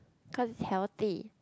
cause it's healthy